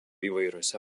įvairiose